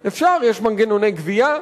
אפשר, יש מנגנוני גבייה,